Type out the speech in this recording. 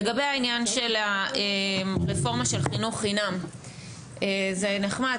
לגבי העניין של הרפורמה של חינוך חינם זה נחמד,